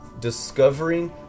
Discovering